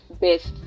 best